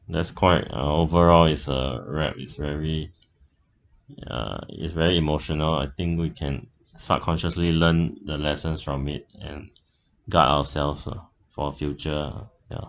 that's quite uh overall it's uh wrecked it's very uh it's very emotional I think we can subconsciously learn the lessons from it and guard ourselves lah for our future ya